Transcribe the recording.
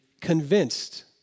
convinced